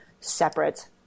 separate